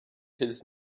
his